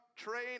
train